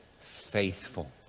faithful